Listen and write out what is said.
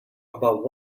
about